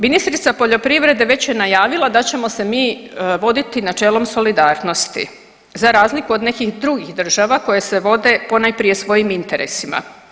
Ministrica poljoprivrede već je najavila da ćemo se mi voditi načelom solidarnosti za razliku od nekih drugih država koje se vode ponajprije svojim interesima.